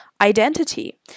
identity